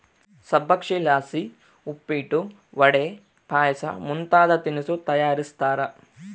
ಸಬ್ಬಕ್ಶಿಲಾಸಿ ಉಪ್ಪಿಟ್ಟು, ವಡೆ, ಪಾಯಸ ಮುಂತಾದ ತಿನಿಸು ತಯಾರಿಸ್ತಾರ